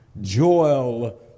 joel